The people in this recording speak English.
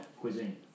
cuisine